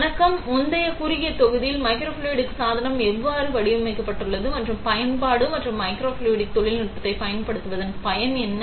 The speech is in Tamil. வணக்கம் முந்தைய குறுகிய தொகுதியில் மைக்ரோஃப்ளூய்டிக் சாதனம் எவ்வாறு வடிவமைக்கப்பட்டுள்ளது மற்றும் பயன்பாடு மற்றும் மைக்ரோஃப்ளூய்டிக் தொழில்நுட்பத்தைப் பயன்படுத்துவதன் பயன் என்ன